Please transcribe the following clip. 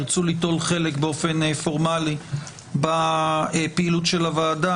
ירצו ליטול חלק באופן פורמלי בפעילות של הוועדה,